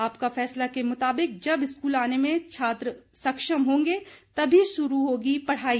आपका फैसला के मुताबिक जब स्कूल आने में छात्र सक्षम होंगे तभी शुरू होगी पढ़ाई